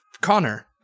Connor